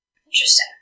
Interesting